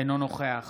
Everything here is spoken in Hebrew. אינו נוכח